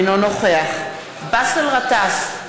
אינו נוכח באסל גטאס,